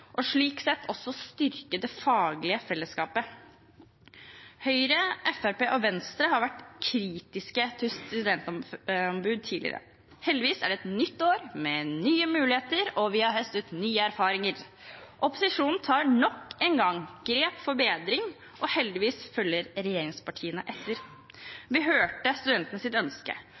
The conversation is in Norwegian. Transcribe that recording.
og slik sett også styrke det faglige fellesskapet. Høyre, Fremskrittspartiet og Venstre har vært kritiske til studentombud tidligere. Heldigvis er det et nytt år med nye muligheter, og vi har høstet nye erfaringer. Opposisjonen tar nok engang grep for bedring, og heldigvis følger regjeringspartiene etter. Vi hørte studentenes ønske sist forslaget var oppe, og vi hører studentenes ønske